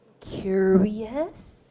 curious